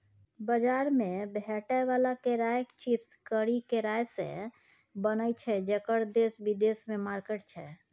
बजार मे भेटै बला केराक चिप्स करी केरासँ बनय छै जकर देश बिदेशमे मार्केट छै